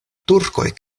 turkoj